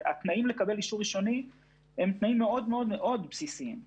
התנאים לקבלת אישור ראשוני הם בסיסיים יותר: